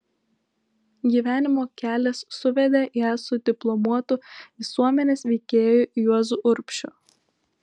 gyvenimo kelias suvedė ją su diplomuotu visuomenės veikėju juozu urbšiu